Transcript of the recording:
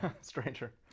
stranger